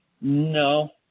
No